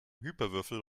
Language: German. hyperwürfel